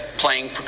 playing